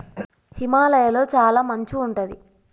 హిమాలయ లొ చాల మంచు ఉంటది